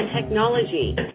technology